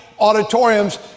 auditoriums